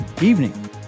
evening